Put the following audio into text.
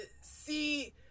see